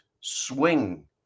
swing